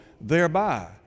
thereby